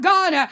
God